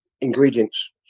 ingredients